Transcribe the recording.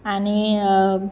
आनी